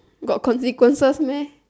got consequences meh